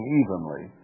evenly